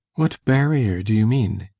what barrier do you mean?